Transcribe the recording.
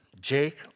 Jake